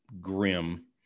grim